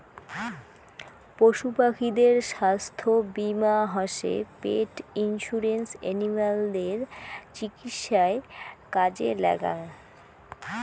পশু পাখিদের ছাস্থ্য বীমা হসে পেট ইন্সুরেন্স এনিমালদের চিকিৎসায় কাজে লাগ্যাঙ